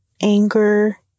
anger